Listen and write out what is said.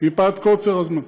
מפאת קוצר הזמן.